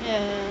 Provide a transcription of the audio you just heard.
ya